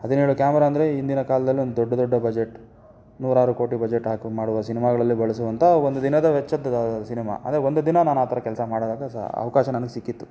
ಹದಿನೇಳು ಕ್ಯಾಮರಾ ಅಂದರೆ ಹಿಂದಿನ ಕಾಲ್ದಲ್ಲಿ ಒಂದು ದೊಡ್ಡ ದೊಡ್ಡ ಬಜೆಟ್ ನೂರಾರು ಕೋಟಿ ಬಜೆಟ್ ಹಾಕಿ ಮಾಡುವ ಸಿನೆಮಾಗಳಲ್ಲಿ ಬಳಸುವಂಥ ಒಂದು ದಿನದ ವೆಚ್ಚದ ಸಿನೆಮಾ ಅಂದರೆ ಒಂದು ದಿನ ನಾನು ಆ ಥರ ಕೆಲಸ ಮಾಡೋದಾದ್ರೂ ಸಹ ಅವಕಾಶ ನನಗೆ ಸಿಕ್ಕಿತ್ತು